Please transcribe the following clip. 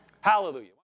Hallelujah